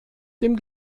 dem